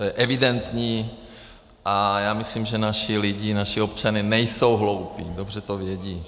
To je evidentní a já myslím, že naši lidé, naši občané nejsou hloupí, dobře to vědí.